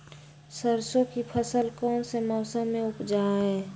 सरसों की फसल कौन से मौसम में उपजाए?